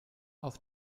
auf